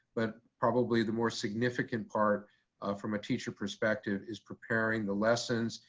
but probably the more significant part from a teacher perspective is preparing the lessons,